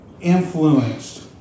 influenced